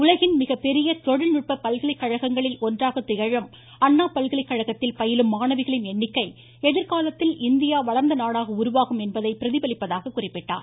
உலகின் மிகப்பெரிய தொழில்நுட்ப பல்கலைக்கழகங்களில் ஒன்றாக திகழும் அண்ணா பல்கலைக்கழகத்தில் பயிலும் மாணவிகளின் எண்ணிக்கை எதிர்காலத்தில் இந்தியா வளர்ந்த நாடாக உருவாகும் என்பதை பிரதிபலிப்பதாக குறிப்பிட்டார்